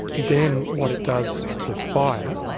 then what it does to fire,